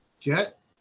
Get